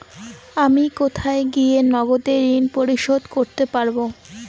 আমি কোথায় গিয়ে নগদে ঋন পরিশোধ করতে পারবো?